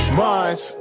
minds